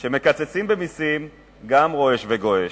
כשמקצצים במסים, גם רועש וגועש.